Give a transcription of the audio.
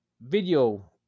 video